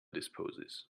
disposes